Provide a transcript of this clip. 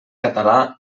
català